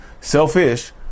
selfish